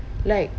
like